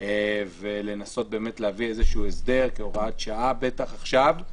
ולנסות להביא איזה הסדר כהוראת שעה עכשיו,